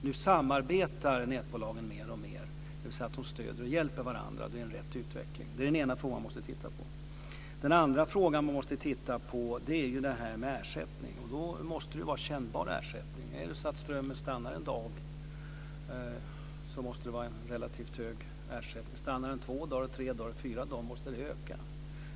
Nu samarbetar nätbolagen mer och mer så att de stöder och hjälper varandra. Det är en riktig utveckling. Detta är den ena frågan som utredningen måste titta närmare på. Den andra frågan som utredningen måste se över är detta med ersättning. Det måste då vara kännbara ersättningar. Är det så att det blir strömavbrott en dag måste det vara en relativt hög ersättning. Om det blir avbrott i två, tre eller fyra dagar måste ersättningen öka.